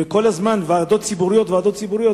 וכל הזמן ועדות ציבוריות ועדות ציבוריות,